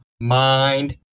mind